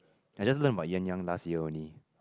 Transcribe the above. I just learnt about yuan-yang last year only